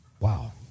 Wow